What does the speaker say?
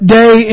day